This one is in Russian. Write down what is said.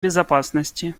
безопасности